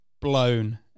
blown